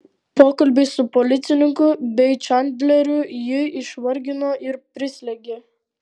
pokalbiai su policininku bei čandleriu jį išvargino ir prislėgė